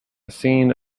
scene